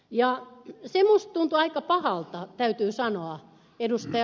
minusta tuntuu aika pahalta täytyy sanoa ed